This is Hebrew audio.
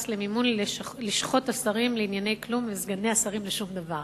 מס למימון לשכות השרים לענייני כלום וסגני השרים לשום דבר.